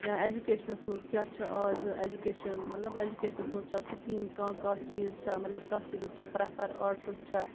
یا اٮ۪جوکیشنَس منٛز کیٛاہ چھُ آزٕ اٮ۪جوکیشن مطلب اٮ۪جوکیشنَس منٛز چھےٚ سِکیٖم کانٛہہ کانٛہہ چیٖز چھا مطلب کَتھ چیٖزس چھِ پرٛٮ۪فر آٹسَس چھےٚ